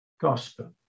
gospel